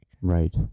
Right